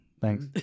thanks